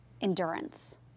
endurance